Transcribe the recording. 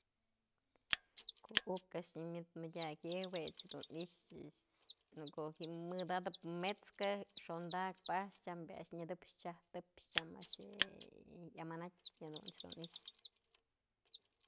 Ko'o uk a'ax nyëmëd madyaky juech dun i'ixënë ko'o ji'im mëdatëp mët'skë xondakpë a'ax tyam bi'i a'ax nyëtëp chyajtëpxë tyam a'ax je'e yamanatyë jadun dun i'ix.